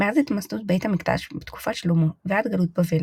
מאז התמסדות בית המקדש בתקופת שלמה ועד גלות בבל,